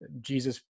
jesus